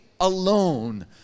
alone